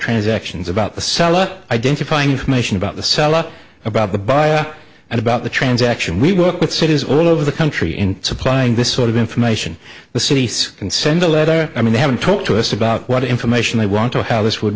transactions about the seller identifying information about the seller about the bio and about the transaction we work with cities all over the country in supplying this sort of information the city says can send a letter i mean they haven't talked to us about what information they want to how this would